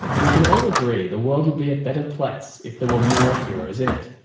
we can all agree the world would be a better place if there were more heroes in it.